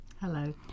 Hello